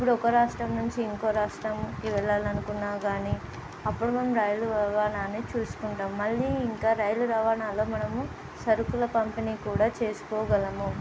ఇప్పుడు ఒక రాష్ట్రం నుంచి ఇంకో రాష్ట్రం ఇ వెళ్ళాలనుకున్నా గాని అప్పుడు మనం రైలు రవాణాని చూసుకుంటాం మళ్ళీ ఇంకా రైలు రవాణాలో మనము సరుకుల పంపిణీ కూడా చేసుకోగలము